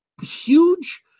huge